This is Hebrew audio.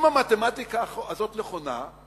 אם המתמטיקה הזאת נכונה,